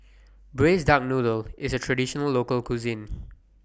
Braised Duck Noodle IS A Traditional Local Cuisine